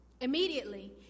Immediately